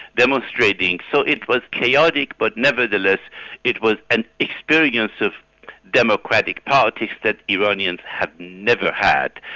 demonstrating so it was chaotic but nevertheless it was an experience of democratic parties that iranians had never had.